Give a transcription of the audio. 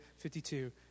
52